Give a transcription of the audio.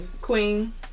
Queen